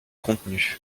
contenus